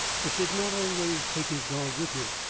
but did not always take his dog with him.